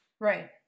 Right